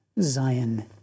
Zion